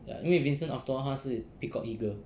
ya 因为 vincent after all 他是 peacock eagle